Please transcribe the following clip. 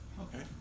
Okay